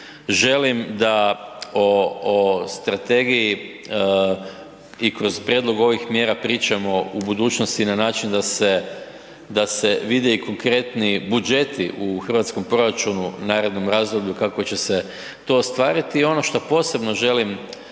želim da o, o strategiji i kroz prijedlog ovih mjera pričamo u budućnosti na način da se, da se vide i konkretniji budžeti u hrvatskom proračunu u narednom razdoblju kako će se to ostvariti. I ono šta posebno želim istaknuti,